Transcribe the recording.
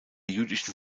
jüdischen